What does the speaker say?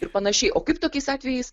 ir panašiai o kaip tokiais atvejais